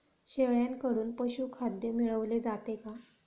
शेळ्यांकडून पशुखाद्य मिळवले जाते का?